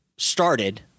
started